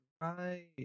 right